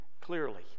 clearly